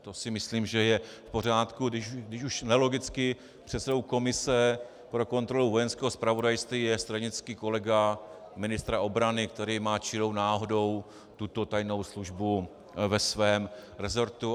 To si myslím, že je v pořádku, když už nelogicky předsedou komise pro kontrolu Vojenského zpravodajství je stranický kolega ministra obrany, který má čirou náhodou tuto tajnou službu ve svém resortu.